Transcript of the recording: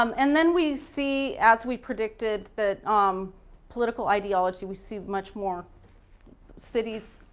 um and then we see, as we predicted that um political ideology, we see much more cities,